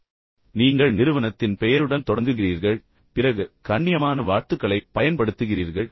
எனவே நீங்கள் நிறுவனத்தின் பெயருடன் தொடங்குகிறீர்கள் அதன்பிறகு உடனடியாக கண்ணியமான வாழ்த்துக்களைப் பயன்படுத்துகிறீர்கள்